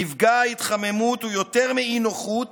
מפגע ההתחממות הוא יותר מאי-נוחות